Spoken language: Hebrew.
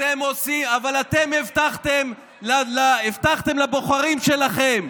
אתם עושים, אתם הבטחתם לבוחרים שלכם,